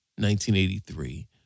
1983